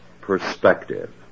perspective